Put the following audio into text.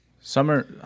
Summer